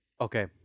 Okay